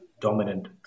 dominant